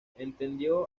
entendió